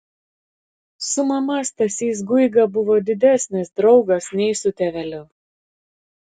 su mama stasys guiga buvo didesnis draugas nei su tėveliu